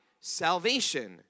salvation